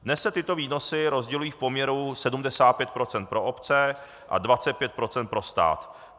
Dnes se tyto výnosy rozdělují v poměru 75 % pro obce a 25 % pro stát.